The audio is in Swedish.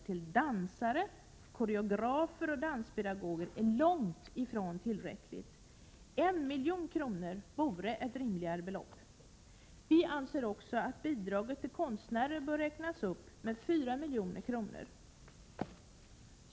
till dansare, koreografer och danspedagoger är långt ifrån tillräckligt. Ett rimligare belopp vore 1 milj.kr. Vi anser också att anslaget Bidrag till konstnärer bör räknas upp med 4 milj.kr.